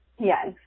Yes